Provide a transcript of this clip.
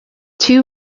two